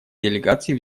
делегаций